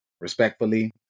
Respectfully